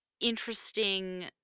interesting